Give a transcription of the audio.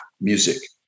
music